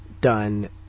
done